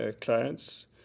clients